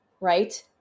right